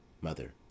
mother